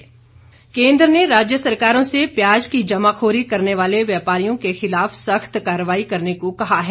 केन्द्र प्याज केन्द्र ने राज्य सरकारों से प्याज की जमाखोरी करने वाले व्यापारियों के खिलाफ सख्त कार्रवाई करने को कहा है